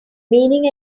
meaning